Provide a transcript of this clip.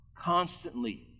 constantly